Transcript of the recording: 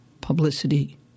publicity